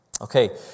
Okay